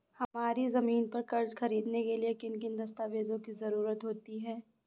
हमारी ज़मीन पर कर्ज ख़रीदने के लिए किन किन दस्तावेजों की जरूरत होती है?